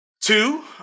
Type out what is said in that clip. Two